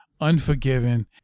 Unforgiven